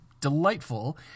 delightful